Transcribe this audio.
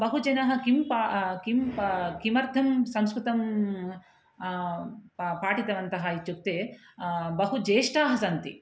बहवः जनाः किं पा किं किमर्थं संस्कृतं पा पाठितवन्तः इत्युक्ते बहवः ज्येष्ठाः सन्ति